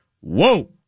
Whoa